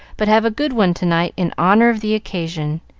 but have a good one tonight in honor of the occasion.